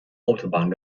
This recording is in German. autobahn